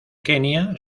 kenia